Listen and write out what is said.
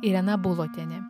irena bulotienė